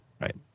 Right